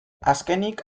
azkenik